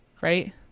right